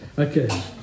Okay